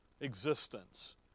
Existence